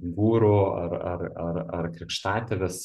guru ar ar ar ar krikštatėvis